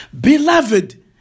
Beloved